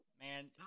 man